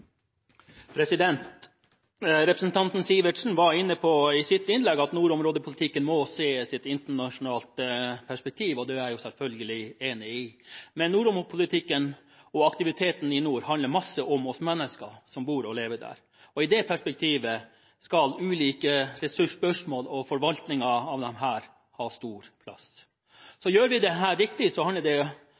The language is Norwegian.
Representanten Sivertsen var i sitt innlegg inne på at nordområdepolitikken må ses i et internasjonalt perspektiv, og det er jeg selvfølgelig enig i, men nordområdepolitikken og aktivitetene i nord handler masse om oss mennesker som bor og lever der, og i det perspektivet skal ulike ressursspørsmål og forvaltningen av disse ha stor plass. Så hvis vi gjør dette riktig, handler det